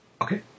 Okay